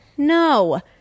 No